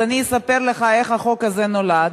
אז אני אספר לך איך החוק הזה נולד.